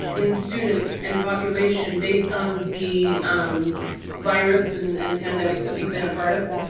in students and population. based on the um virus and and pandemic that we've been apart of.